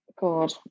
God